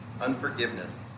Unforgiveness